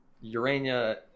Urania